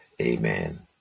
amen